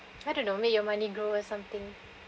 I don't know make your money grow or something